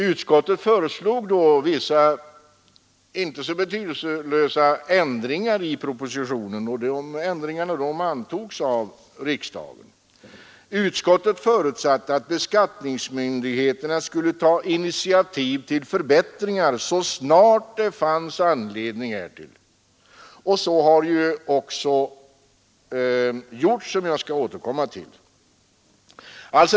Utskottet föreslog då vissa inte så betydelselösa ändringar i propositionen. Dessa ändringar antogs av riksdagen. Utskottet förutsatte att beskattningsmyndigheterna skulle ta initiativ till förbättringar så snart det fanns anledning härtill. Så har ju också skett, vilket jag skall återkomma till.